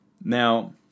Now